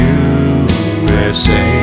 usa